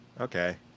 Okay